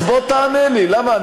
אז בוא תענה לי למה.